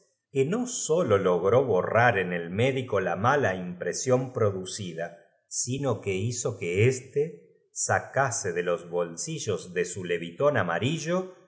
que no sólo logró borrar en el médico la mala impresión producida sino que hizo que éste sacase de los bolsillos de su levitón amarillo